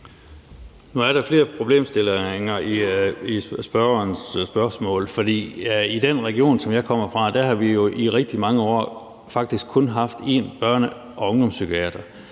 Nu er der flere problemstillinger i spørgsmålet, for i den region, som jeg kommer fra, har vi jo i rigtig mange år faktisk kun haft én børne- og ungdomspsykiater.